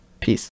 peace